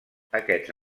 aquests